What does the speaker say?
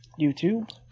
YouTube